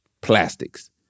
Plastics